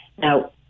Now